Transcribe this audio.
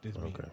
okay